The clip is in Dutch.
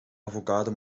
avocado